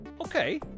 Okay